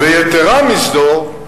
ויתירה מזו,